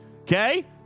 Okay